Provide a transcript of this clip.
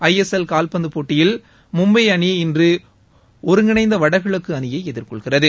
று S L கால்பந்து போட்டியில் மும்பை அணி இன்று ஒருங்கிணைந்த வடகிழக்கு அணியை எதிர்கொள்கிறது